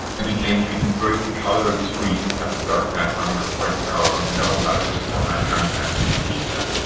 and again, you can invert the color of the screen to have a dark background with like yellow letters for high contrast if they need that.